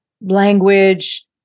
language